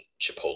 Chipotle